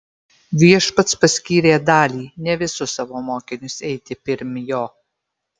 viešpats paskyrė dalį ne visus savo mokinius eiti pirm jo